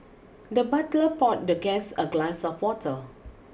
the butler poured the guest a glass of water